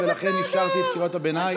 אל תדברי איתי על גזענות.